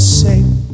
safe